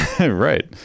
Right